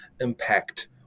impact